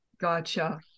Gotcha